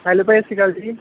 hello ਭਾਅ ਜੀ ਸਤਿ ਸ਼੍ਰੀ ਅਕਾਲ ਜੀ